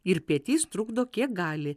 ir pietys trukdo kiek gali